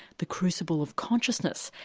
the crucible of consciousness,